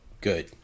good